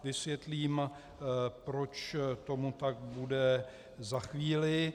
Vysvětlím, proč tomu tak bude, za chvíli.